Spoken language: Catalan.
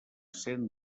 sent